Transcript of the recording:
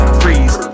freeze